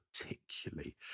particularly